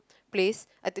place